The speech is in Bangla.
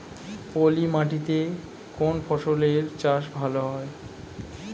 পলি মাটিতে কোন ফসলের চাষ ভালো হয়?